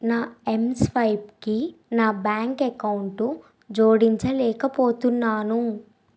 నా ఎంస్వైప్కి నా బ్యాంక్ అకౌంటు జోడించలేకపోతున్నాను